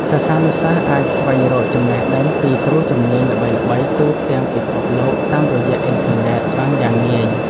សិស្សានុសិស្សអាចស្វែងរកចំណេះដឹងពីគ្រូជំនាញល្បីៗទូទាំងពិភពលោកតាមរយៈអ៊ិនធឺណិតបានយ៉ាងងាយ។